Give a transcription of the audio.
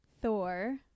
Thor